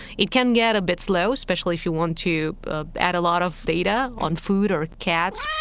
it can get a bit slow, especially if you want to add a lot of data on food or cats.